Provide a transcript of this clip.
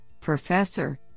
professor